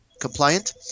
compliant